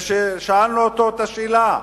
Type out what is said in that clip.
ושאלנו אותו את השאלה,